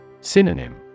Synonym